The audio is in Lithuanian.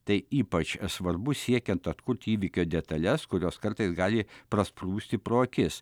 tai ypač svarbu siekiant atkurti įvykio detales kurios kartais gali prasprūsti pro akis